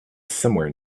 somewhere